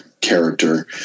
character